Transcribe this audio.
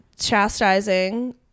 chastising